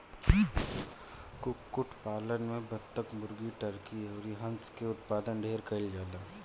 कुक्कुट पालन में बतक, मुर्गी, टर्की अउर हंस के उत्पादन ढेरे कईल जाला